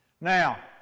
Now